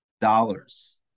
dollars